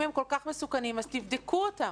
אם הם כל כך מסוכנים, אז תבדקו אותם,